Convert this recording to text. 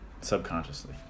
subconsciously